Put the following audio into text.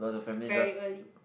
very early